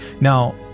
Now